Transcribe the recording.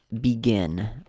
begin